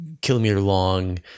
kilometer-long